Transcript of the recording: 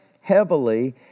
heavily